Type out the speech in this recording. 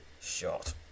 Shot